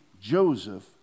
Joseph